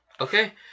Okay